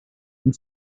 and